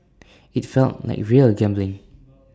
IT felt like real gambling